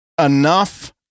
enough